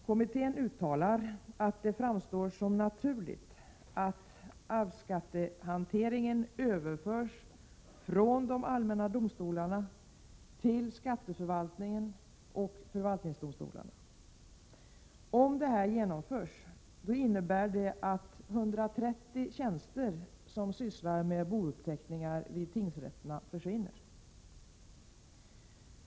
Kommittén uttalar att det framstår som naturligt att arvsskattehanteringen överförs från de allmänna domstolarna till skatteförvaltningen och förvaltningsdomstolarna. Om detta genomförs innebär det att 130 tjänster där man arbetar med bouppteckningar vid tingsrätterna försvinner.